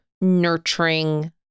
nurturing